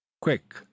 quick